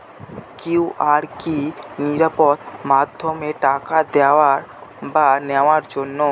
QR কি নিরাপদ মাধ্যম টাকা দেওয়া বা নেওয়ার জন্য?